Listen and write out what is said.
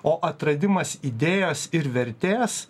o atradimas idėjos ir vertės